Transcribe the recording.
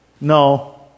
No